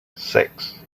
six